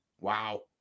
Wow